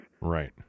right